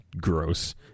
gross